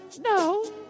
No